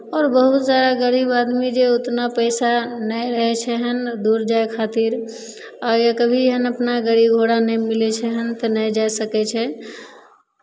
आओर बहुत सारा गरीब आदमी जे उतना पइसा नहि रहै छै एहन दूर जाय खातिर आ एक भी एहन अपना गाड़ी घोड़ा नहि मिलै छै एहन तऽ नहि जाए सकै छै